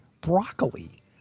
broccoli